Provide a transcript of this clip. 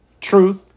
truth